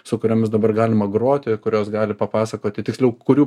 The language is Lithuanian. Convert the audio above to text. su kuriomis dabar galima groti kurios gali papasakoti tiksliau kurių